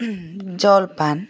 জলপান